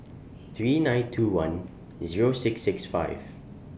three nine two one Zero six six five